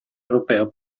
europeo